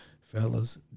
Fellas